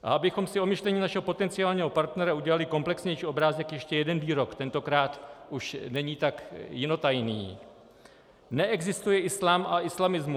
A abychom si o myšlení našeho potenciálního partnera udělali komplexnější obrázek, ještě jeden výrok, tentokrát už není tak jinotajný: Neexistuje islám a islamismus.